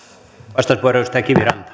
arvoisa puhemies tämä